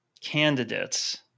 candidates